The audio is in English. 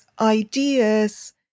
ideas